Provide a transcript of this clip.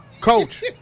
Coach